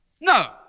No